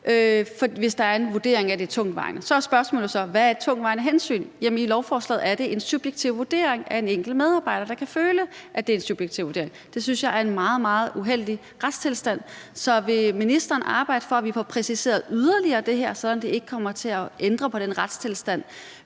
hvis der er en vurdering af, at der er et tungtvejende hensyn. Så er spørgsmålet så, hvad et tungtvejende hensyn er. Jamen i lovforslaget står der, at det er en subjektiv vurdering, en enkelt medarbejders følelse. Det synes jeg er en meget, meget uheldig retstilstand. Så vil ministeren arbejde for, at vi får præciseret det yderligere, så det ikke kommer til at ændre på den retstilstand,